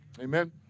Amen